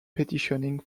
petitioning